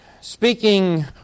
Speaking